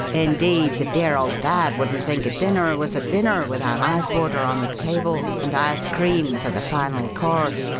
indeed, the dear old dad wouldn't think a dinner was a dinner without ice-water on the table, and ice-cream for the final course.